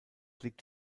liegt